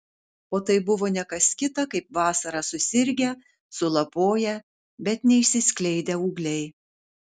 o tai buvo ne kas kita kaip vasarą susirgę sulapoję bet neišsiskleidę ūgliai